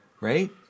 Right